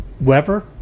Weber